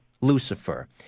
Lucifer